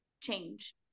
change